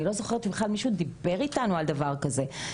אני לא זוכרת אם בכלל מישהו דיבר איתנו על דבר כזה,